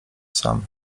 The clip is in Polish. sam